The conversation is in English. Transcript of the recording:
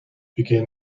begin